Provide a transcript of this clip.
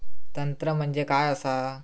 तंत्र म्हणजे काय असा?